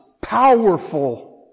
powerful